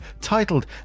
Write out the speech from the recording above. titled